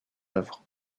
œuvres